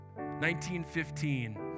1915